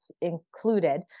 included